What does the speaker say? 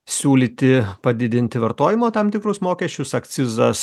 siūlyti padidinti vartojimo tam tikrus mokesčius akcizas